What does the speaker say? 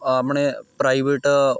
ਆਪਣੇ ਪ੍ਰਾਈਵੇਟ